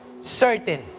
certain